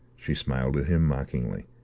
she smiled at him mockingly.